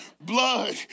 Blood